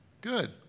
Good